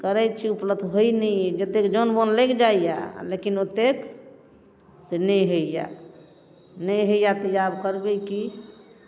करै छी उपलब्ध होइ नहि अछि जतेक जनवन लगि जाइए लेकिन ओतेक से नहि होइए नहि होइए तऽ आब करबै कि